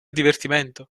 divertimento